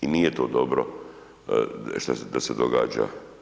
I nije to dobro da se događa.